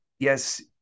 Yes